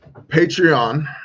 Patreon